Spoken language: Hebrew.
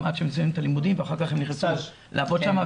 עד שהם מסיימים את הלימודים ואחר כך הם נכנסו לעבוד שם,